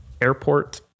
airport